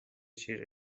چیره